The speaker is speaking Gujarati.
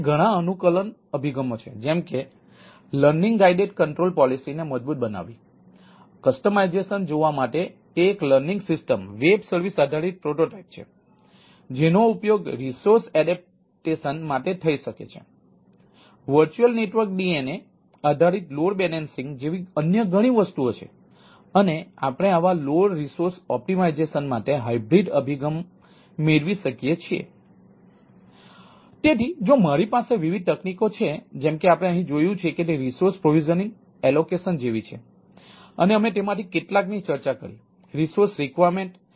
અને ઘણા અનુકૂલન અભિગમો છે જેમ કે લર્નિંગ ગાઇડેડ કન્ટ્રોલ પોલિસીમાટે હાઇબ્રિડ અભિગમ મેળવી શકીએ છીએ તેથી જો મારી પાસે વિવિધ તકનીકો છે જેમ કે આપણે અહીં જોયું છે તે રિસોર્સ પ્રોવિસનીંગ વગેરે વગેરે